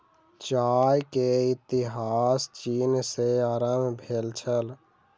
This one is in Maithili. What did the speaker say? चाय के इतिहास चीन सॅ आरम्भ भेल छल